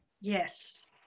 Yes